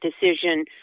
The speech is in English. decision